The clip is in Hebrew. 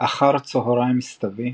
אחר צהריים סתווי